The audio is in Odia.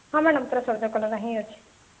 ହଁ ମ୍ୟାଡ଼ାମ ପୁରା ସଜ କଲରା ହିଁ ଅଛି